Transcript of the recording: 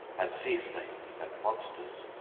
and sea-snakes and monsters.